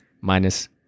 Minus